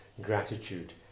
gratitude